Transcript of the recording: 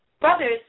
brothers